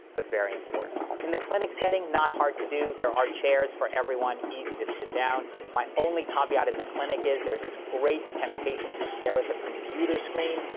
but very important. in the clinic setting, not hard to do. there are chairs for everyone, easy to sit down. my only caveat in the clinic is there's this great temptation to stare at the computer screen.